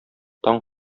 таң